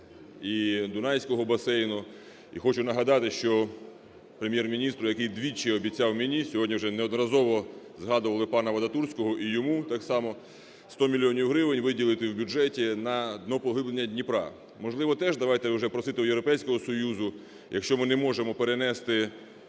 і Дунайського басейну. І хочу нагадати, що Прем'єр-міністр, який двічі обіцяв мені, сьогодні вже неодноразово згадували пана Вадатурського, і йому так само 100 мільйонів гривень виділити в бюджеті на днопоглиблення Дніпра. Можливо, теж давайте вже просити у Європейського Союзу, якщо ми не можемо перенести